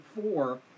four